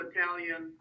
Italian